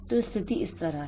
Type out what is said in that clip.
तो स्थिति इस तरह है